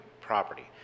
property